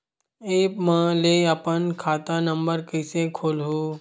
App म ले अपन खाता नम्बर कइसे खोलहु?